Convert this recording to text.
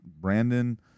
Brandon